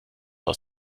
aus